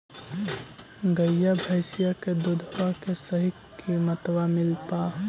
गईया भैसिया के दूधबा के सही किमतबा मिल पा?